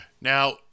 Now